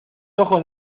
ojos